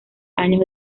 años